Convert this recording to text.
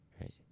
right